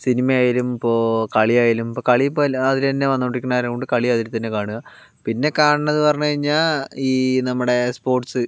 cinema ആയാലും ഇപ്പോൾ കളിയായാലും ഇപ്പോൾ കളി ഇപ്പോൾ ഇല്ല അതിൽ തന്നെയാ വന്നു കൊണ്ടിരിക്കുന്നതുകൊണ്ട് കളി അതിൽ തന്നെ കാണുക പിന്നെ കാണുന്നതെന്ന് പറഞ്ഞു കഴിഞ്ഞാൽ ഈ നമ്മുടെ സ്പോർട്സ്